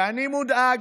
ואני מודאג.